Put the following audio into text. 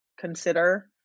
consider